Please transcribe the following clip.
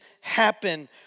happen